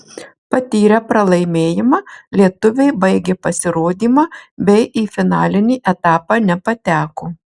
patyrę pralaimėjimą lietuviai baigė pasirodymą bei į finalinį etapą nepateko